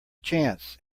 chance